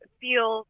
feel